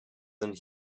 than